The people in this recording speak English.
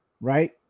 right